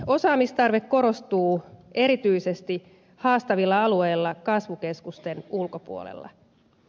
osaamistarve korostuu erityisesti haastavilla alueilla kasvukeskusten ulkopuolella